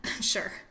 sure